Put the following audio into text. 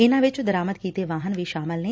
ਇਨੂਾਂ ਵਿਚ ਦਰਾਮਦ ਕੀਤੇ ਵਾਹਨ ਵੀ ਸ਼ਾਮਲ ਨੇ